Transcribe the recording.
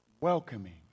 welcoming